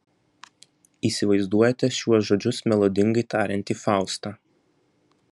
įsivaizduojate šiuos žodžius melodingai tariantį faustą